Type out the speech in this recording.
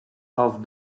half